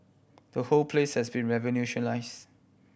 the whole places has been revolutionise